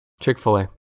Chick-fil-A